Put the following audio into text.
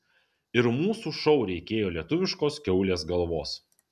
ir mūsų šou reikėjo lietuviškos kiaulės galvos